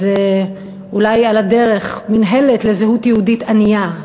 אז אולי, על הדרך: מינהלת לזהות יהודית ענייה.